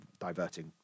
diverting